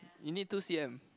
you need two c_m